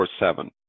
24-7